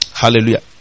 hallelujah